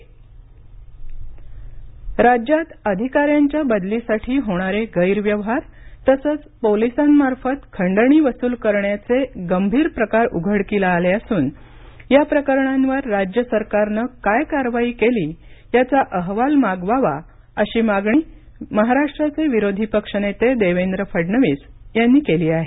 भाजपा महाराष्ट्र राज्यात अधिकाऱ्यांच्या बदलीसाठी होणारे गैरव्यवहार तसंच पोलिसांमार्फत खंडणी वसूल करण्याचे गंभीर प्रकार उघडकीला आले असून या प्रकरणांवर राज्य सरकारनं काय कारवाई केली याचा अहवाल मागवावा अशी मागणी महाराष्ट्राचे विरोधी पक्षनेते देवेंद्र फडणवीस यांनी केली आहे